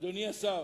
אדוני השר,